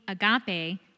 agape